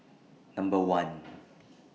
Number one